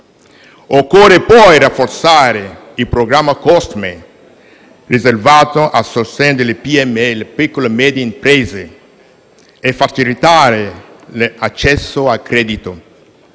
Occorre poi rafforzare il programma COSMEriservato al sostegno delle piccole e medie imprese e facilitare l'accesso al credito.